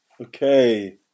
Okay